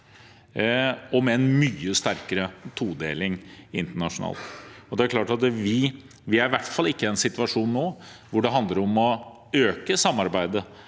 og med en mye sterkere todeling internasjonalt. Vi er i hvert fall ikke i en situasjon nå hvor det handler om å øke samarbeidet.